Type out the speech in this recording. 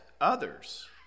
others